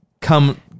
come